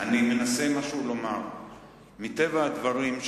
מטבע הדברים,